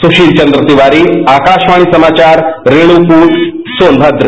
सुशील चंद्र तिवारी आकाशवाणी समाचार रेषुकूट सोनमद्र